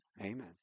amen